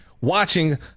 watching